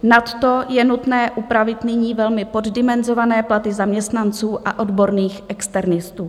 Nadto je nutné upravit nyní velmi poddimenzované platy zaměstnanců a odborných externistů.